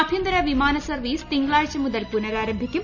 ആഭ്യന്തര വിമാന സർവ്വീസ് തിങ്കളാഴ്ച മുതൽ പുനരാരംഭിക്കും